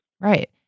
Right